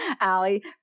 Allie